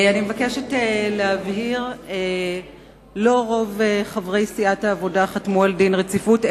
אני מבקשת להבהיר שלא רוב חברי סיעת העבודה חתמו על החלת דין רציפות,